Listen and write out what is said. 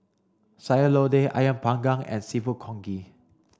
Sayur Lodeh Ayam panggang and seafood Congee